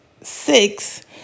six